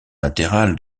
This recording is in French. latéral